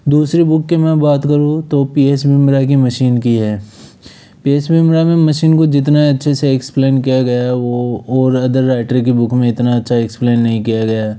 दुसरी बुक की मैं बात करूँ तो पी एस मिम्रा की मशीन की है एस मिम्रा में मशीन को जितना अच्छे से एक्सप्लेन किया गया वो और अदर राईटर की बुक में इतना अच्छा एक्सप्लेन नहीं किया गया